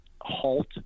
halt